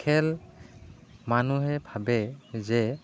খেল মানুহে ভাবে যে